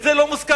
זה לא מוזכר,